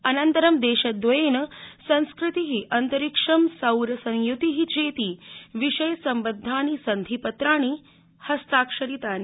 अनन्तरं देशद्रयेन संस्कृति अन्तरिक्षं सौरसंयुति चेति विषयसम्बद्धानि सन्धिपत्राणि हस्ताक्षरितानि